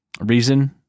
reason